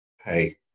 Hey